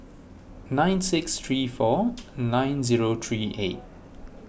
nine six three four nine zero three eight